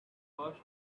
first